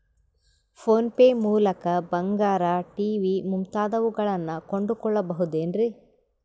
Phone pay ಮೂಲಕ ಬಂಗಾರ, TV ಮುಂತಾದವುಗಳನ್ನ ಕೊಂಡು ಕೊಳ್ಳಬಹುದೇನ್ರಿ?